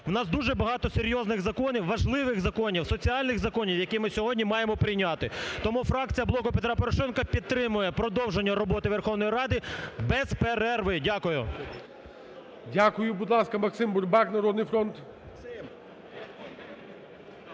В нас дуже багато серйозних законів, важливих законів, соціальних законів, які ми сьогодні маємо прийняти. Тому фракція "Блоку Петра Порошенка" підтримує продовження Верховної Ради без перерви. Дякую. ГОЛОВУЮЧИЙ. Дякую. Будь ласка, Максим Бурбак, "Народний фронт".